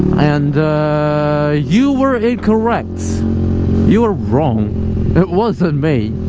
and you were incorrect you were wrong it wasn't me